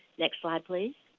next slide please.